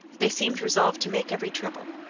they seemed resolved to make every trouble.